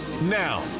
Now